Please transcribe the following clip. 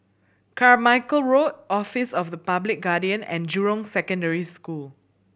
Carmichael Road Office of the Public Guardian and Jurong Secondary School